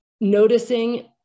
noticing